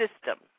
system